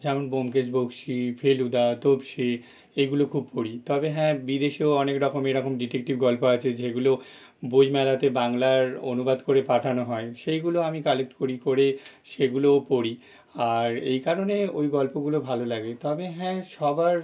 যেমন ব্যোমকেশ বক্সী ফেলুদা তোপসে এগুলো খুব পড়ি তবে হ্যাঁ বিদেশেও অনেক রকমের এরকম ডিটেক্টিভ গল্প আছে যেগুলো বইমেলাতে বাংলায় অনুবাদ করে পাঠানো হয় সেইগুলো আমি কালেক্ট করি করে সেগুলোও পড়ি আর এই কারণে ওই গল্পগুলো ভালো লাগে তবে হ্যাঁ সবার